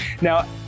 Now